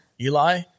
Eli